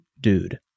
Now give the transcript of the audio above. dude